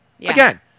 Again